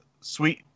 sweet